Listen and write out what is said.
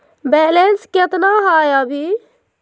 Balance केतना हय अभी?